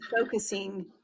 focusing